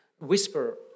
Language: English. Whisper